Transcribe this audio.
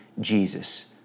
Jesus